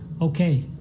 okay